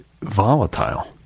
volatile